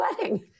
wedding